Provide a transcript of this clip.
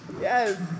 Yes